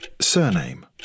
surname